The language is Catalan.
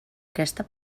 aquesta